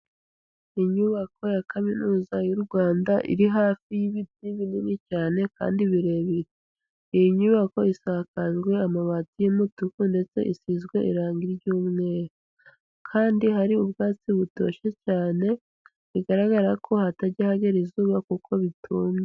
Inyubako ya Kaminuza y'u Rwanda iri hafi y'ibiti binini cyane kandi birebire, iyi nyubako isakajwe amabati y'umutuku ndetse isizwe irangi ry'umweru. Kandi hari ubwatsi butoshye cyane, bigaragara ko hatajya ahagera izuba kuko bitumye.